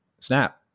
snap